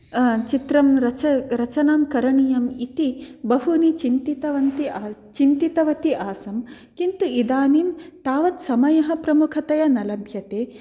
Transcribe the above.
चित्रं रच रचनां करणीयम् इति बहुनि चिन्तितवन्ती चिन्तितवती आसम् किन्तु इदानीं तावत् समय प्रमुखतया न लभ्यते